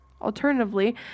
Alternatively